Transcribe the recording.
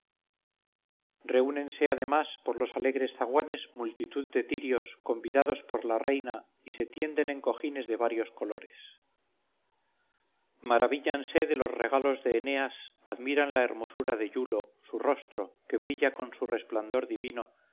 reúnense además por los alegres zaguanes multitud de tirios convidados por las reina y se tienden en cojines de varios colores maravíllanse de los regalos de eneas admiran la hermosura de iulo su rostro que brilla con un resplandor divino